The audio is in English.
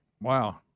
wow